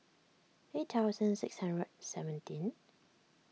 eight thousand six hundred seventeen